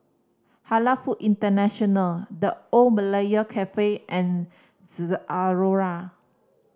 Halal Food International The Old Malaya Cafe and Zalora